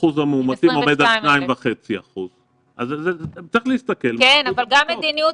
אחוז המאומתים עומד על 2.5%. צריך להסתכל מהו אחוז הבדיקות.